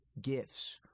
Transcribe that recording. gifts